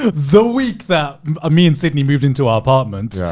ah the week that ah me and sydney moved into our apartment,